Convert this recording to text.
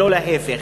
ולא להפך.